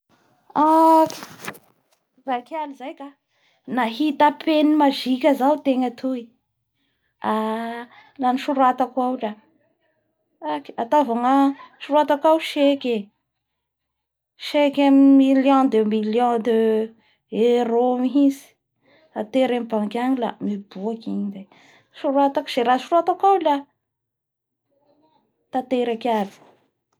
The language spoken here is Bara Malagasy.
Nahita penina magika zao i poeta raiky toy ka nanaoratsy i tonokao mikasiky ny harea la nataony nipoapoakay ny harea tao a niazony aby ny rah nosoratany tao.